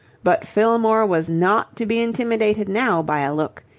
but fillmore was not to be intimidated now by a look.